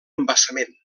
embassament